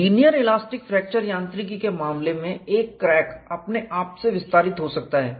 linear elastic fracture यांत्रिकी के मामले में एक क्रैक अपने आप से विस्तारित हो सकता है